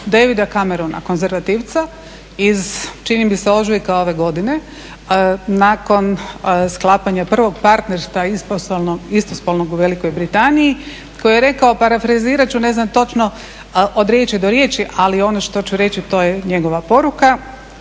Davida Camerona, konzervativca iz čini mi se ožujka ove godine nakon sklapanja prvog partnerstva istospolnog u Velikoj Britaniji koji je rekao, parafrazirat ću ne znam točno od riječi do riječi, ali ono što ću reći to je njegova poruka.